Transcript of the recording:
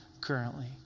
currently